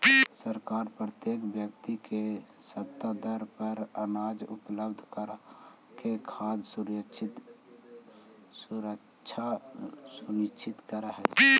सरकार प्रत्येक व्यक्ति के सस्ता दर पर अनाज उपलब्ध कराके खाद्य सुरक्षा सुनिश्चित करऽ हइ